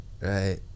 Right